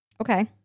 Okay